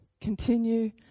continue